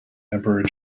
emperor